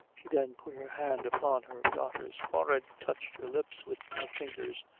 she then put her hand upon her daughter's forehead, touched her lips with her fingers,